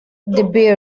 the